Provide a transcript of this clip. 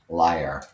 liar